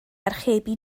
archebu